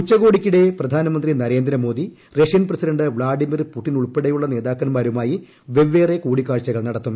ഉച്ചകോടിക്കിടെ പ്രധാനമന്ത്രി Narendra Modi Russian president Vladimir Putin ഉൾപ്പെടെയുള്ള നേതാക്കന്മാരുമായി വെവ്വേറെ കൂടിക്കാഴ്ചകൾ നടത്തും